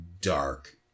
dark